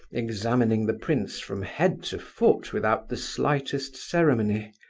examining the prince from head to foot without the slightest ceremony.